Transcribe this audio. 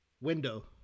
Window